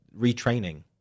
retraining